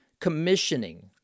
commissioning